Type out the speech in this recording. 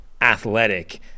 athletic